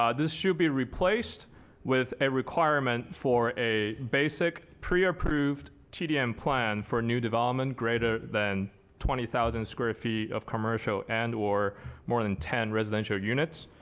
ah this should be replaced with a requirement for a basic preapproved tdm plan for new development greater than twenty thousand square feet of commercial and or more than ten residential units.